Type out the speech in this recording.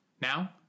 Now